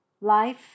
life